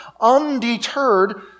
undeterred